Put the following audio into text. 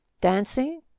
Dancing